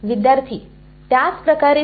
विद्यार्थीः त्याच प्रकारे ते x y स्वतःही